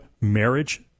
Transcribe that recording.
marriage